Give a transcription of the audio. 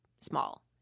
small